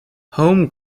home